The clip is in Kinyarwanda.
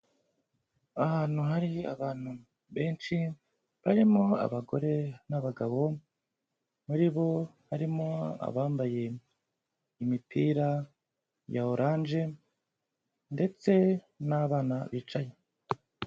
Ahantu hari abantu benshi, barimo abagore n'abagabo, muri bo harimo abambaye imipira ya oranje ndetse n'abana bicaye.